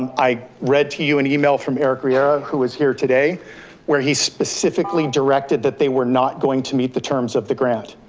i read to you an email from eric riera who is here today where he specifically directed that they were not going to meet the terms of the grant.